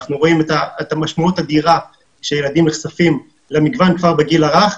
אנחנו רואים משמעות אדירה שילדים נחשפים למגוון כבר בגיל הרך.